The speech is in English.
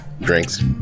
Drinks